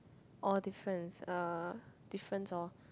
oh difference uh difference orh